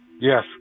Yes